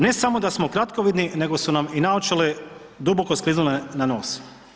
Ne samo da smo kratkovidni, nego su nam i naočale duboko skliznule na nos.